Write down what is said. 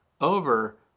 over